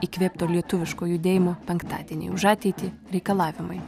įkvėpto lietuviško judėjimo penktadieniai už ateitį reikalavimai